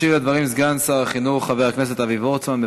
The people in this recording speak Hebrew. ישיב על הדברים סגן שר החינוך חבר הכנסת אבי וורצמן.